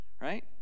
right